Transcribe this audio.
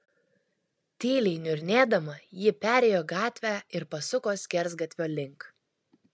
tyliai niurnėdama ji perėjo gatvę ir pasuko skersgatvio link